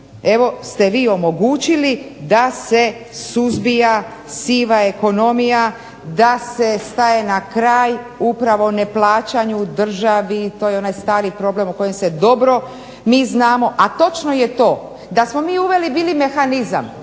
evo ste vi omogućili da se suzbija siva ekonomija, da se staje na kraj upravo neplaćanju državi. To je onaj stari problem o kojem se dobro mi znamo, a točno je to da smo mi uveli bili mehanizam